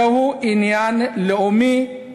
זהו עניין לאומי,